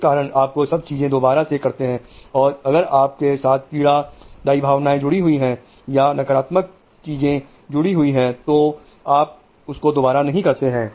इस कारण आपको सब चीजें दोबारा से करते हैं और अगर आपके साथ पीड़ा दाई भावनाएं जुड़ी हुई है या नकारात्मक कीजिए जुड़ी हुई है तो आप उसको दोबारा नहीं करते हैं